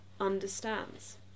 understands